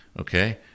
okay